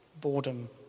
boredom